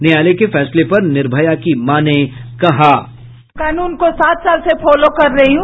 न्यायालय के फैसले पर निर्भया की मां ने कहा साउंड बाईट कानून को सात साल से फोलोव कर रही हूं